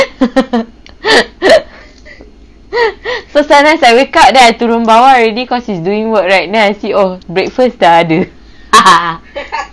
so sometimes I wake up then I turun bawah already cause he's doing work right then I see breakfast dah ada